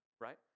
right